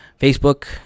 Facebook